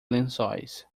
lençóis